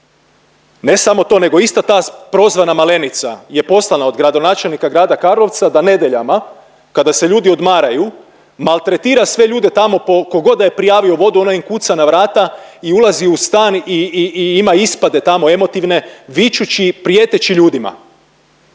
Ne samo to nego ista ta prozvana Malenica je poslana od gradonačelnika Grada Karlovca da nedeljama kada se ljudi odmaraju maltretira sve ljude tamo po kogod da je prijavo vodu ona im kuca na vrata i ulazi u stan i ima ispade tamo emotivne vičući, prijeteći ljudima.